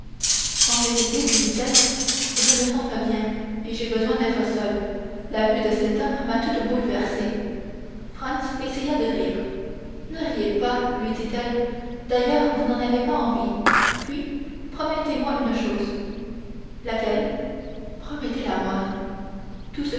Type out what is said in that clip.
en vérité lui dit-elle je ne me sens pas bien et j'ai besoin d'être seule la vue de cet homme m'a toute bouleversée franz essaya de rire ne riez pas lui dit-elle d'ailleurs vous n'en avez pas envie puis promettez-moi une chose laquelle promettez la moi tout